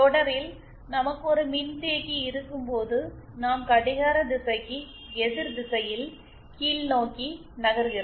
தொடரில் நமக்கு ஒரு மின்தேக்கி இருக்கும்போது நாம் கடிகாரத்திசைக்கு எதிர் திசையில் கீழ்நோக்கி நகர்கிறோம்